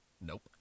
nope